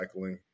recycling